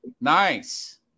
Nice